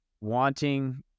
wanting